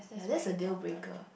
ya there's a deal-breaker